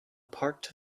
parked